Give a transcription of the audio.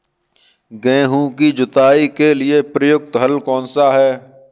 गेहूँ की जुताई के लिए प्रयुक्त हल कौनसा है?